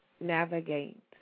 navigate